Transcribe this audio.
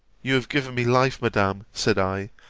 you have given me life, madam, said i,